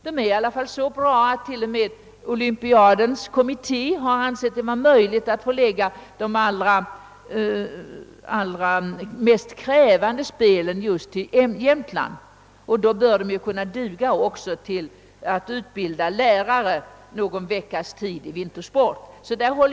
Dessa är dock så bra att till och med Olympiakommittén ansett det möjligt att förlägga de mest krävande spelen just till Jämtland, som då bör kunna duga också till utbildning av lärare under någon vecka i vintersport.